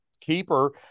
keeper